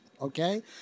okay